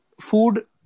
food